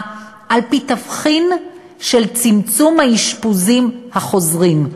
על-פי תבחין של צמצום האשפוזים החוזרים.